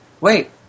wait